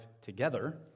together